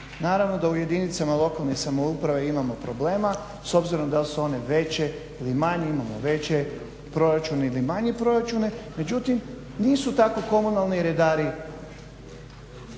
Naravno da u jedinicama lokalne samouprave imamo problema s obzirom dal su one veće ili manje, imamo veće proračune ili manje proračune. Međutim nisu tako komunalni redari